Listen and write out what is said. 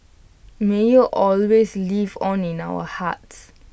may you always live on in our hearts